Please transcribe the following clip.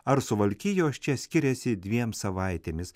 ar suvalkijos čia skiriasi dviem savaitėmis